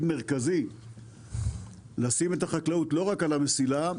מרכזי לשים את החקלאות לא רק על המסילה,